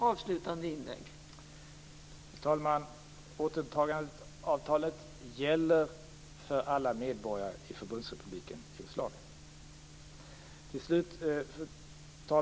Fru talman! Återtagandeavtalet gäller för alla medborgare i Förbundsrepubliken Jugoslavien.